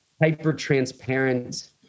hyper-transparent